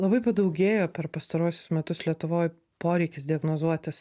labai padaugėjo per pastaruosius metus lietuvoj poreikis diagnozuotis